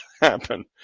happen